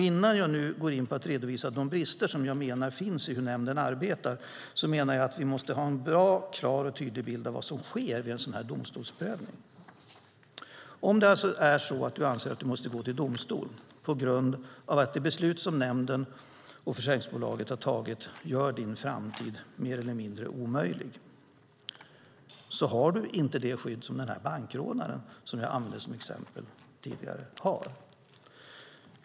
Innan jag går in på att redovisa de brister jag menar finns i hur nämnden arbetar menar jag att vi måste ha en bra och tydlig bild av vad som sker vid en sådan domstolsprövning. Om du alltså anser att du måste gå till domstol på grund av att det beslut som nämnden och försäkringsbolaget har tagit gör din framtid mer eller mindre omöjlig har du inte det skydd som den bankrånare som jag tidigare använde som exempel har.